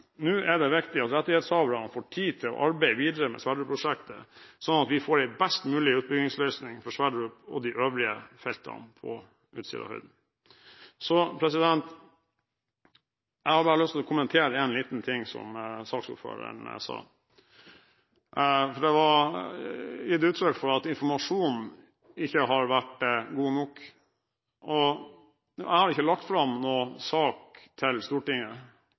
Nå er det viktig at rettighetshaverne får tid til å arbeide videre med Sverdrup-prosjektet, sånn at vi får en best mulig utbyggingsløsning for Sverdrup og de øvrige feltene på Utsirahøyden. Jeg har bare lyst til å kommentere en liten ting som saksordføreren sa. Det var gitt uttrykk for at informasjonen ikke har vært god nok, og jeg har ikke lagt fram noen sak for Stortinget.